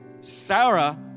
Sarah